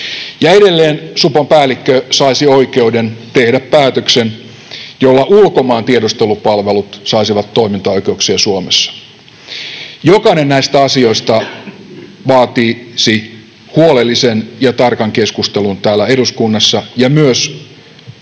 edelleen, supon päällikkö saisi oikeuden tehdä päätöksen, jolla ulkomaan tiedustelupalvelut saisivat toimintaoikeuksia Suomessa. Jokainen näistä asioista vaatisi huolellisen ja tarkan keskustelun täällä eduskunnassa ja myös kunnollisen